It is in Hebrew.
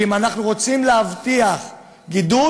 ואם אנחנו רוצים להבטיח גידול,